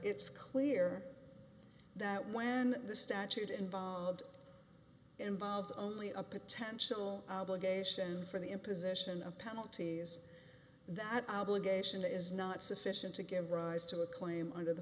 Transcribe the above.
it's clear that when the statute involved involves only a potential geisha and for the imposition of penalties that obligation is not sufficient to give rise to a claim under the